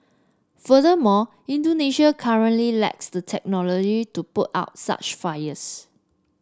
furthermore Indonesia currently lacks the technology to put out such fires